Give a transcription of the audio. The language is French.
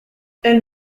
elle